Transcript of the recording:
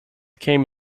came